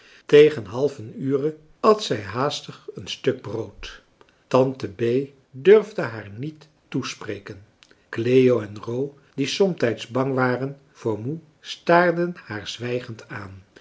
tegen half een ure at zij haastig een stuk brood tante bee durfde haar niet toespreken cleo en ro die somtijds bang waren voor moe staarden haar zwijgend aan